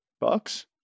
bucks